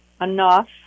enough